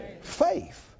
Faith